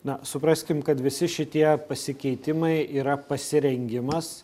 na supraskim kad visi šitie pasikeitimai yra pasirengimas